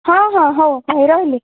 ହଁ ହଁ ହଉ ଭାଇ ରହିଲି